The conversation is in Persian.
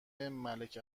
ملک